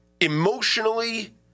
emotionally